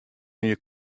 mear